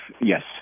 Yes